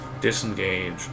disengage